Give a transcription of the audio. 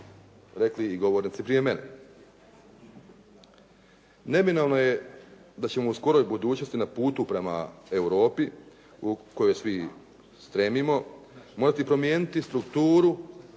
rekli govornici i prije mene. Neminovno je da ćemo u skoroj budućnosti na putu prema Europi kojoj svi stremimo, morati promijeniti strukturu